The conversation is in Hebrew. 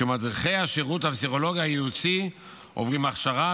ומדריכי השירות הפסיכולוגי הייעוצי עוברים הכשרה